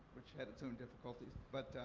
which had its own difficulties. but,